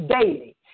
daily